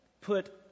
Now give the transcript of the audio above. put